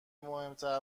مهمتر